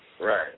Right